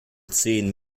zehn